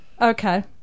okay